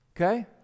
Okay